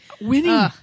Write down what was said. Winning